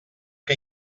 que